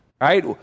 right